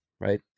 right